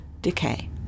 decay